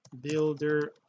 builder